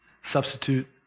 substitute